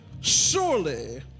Surely